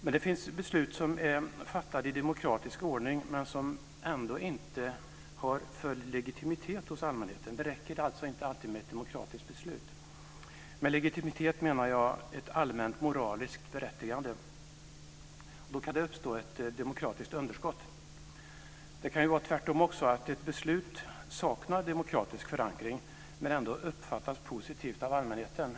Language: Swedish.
Men det finns beslut som är fattade i demokratisk ordning men som ändå inte har full legitimitet hos allmänheten. Det räcker alltså inte alltid med ett demokratiskt beslut. Med legitimitet menar jag då ett allmänt moraliskt berättigande. Det kan i brist härpå uppstå ett demokratiskt underskott. Det kan också vara tvärtom: att ett beslut saknar demokratisk förankring men ändå uppfattas positivt av allmänheten.